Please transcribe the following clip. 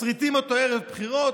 מסריטים אותו ערב בחירות,